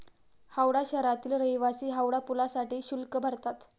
हावडा शहरातील रहिवासी हावडा पुलासाठी शुल्क भरतात